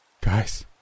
Guys